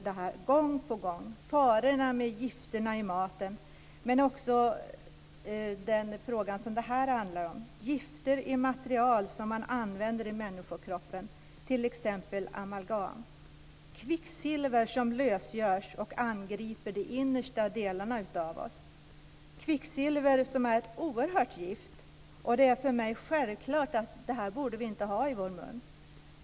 Det gäller alltså farorna med gifterna i maten men också den fråga som det handlar om här - gifter i material som används i människokroppen, t.ex. amalgam. Kvicksilver som lösgörs angriper de innersta delarna av oss och kvicksilver är oerhört giftigt. Det är för mig en självklarhet att vi inte borde ha det i munnen.